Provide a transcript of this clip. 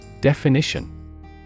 Definition